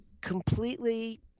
completely